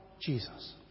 Jesus